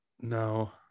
No